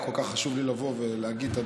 היה כל כך חשוב לי לבוא ולהגיד את הדברים.